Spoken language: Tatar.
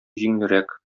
җиңелрәк